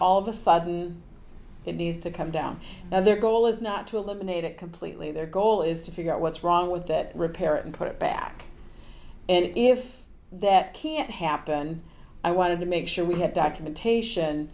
all of a sudden it needs to come down now their goal is not to eliminate it completely their goal is to figure out what's wrong with that repair and put it back and if that can't happen i wanted to make sure we have documentation